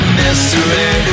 mystery